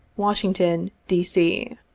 washington, d. c.